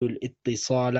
الإتصال